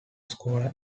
scholar